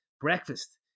breakfast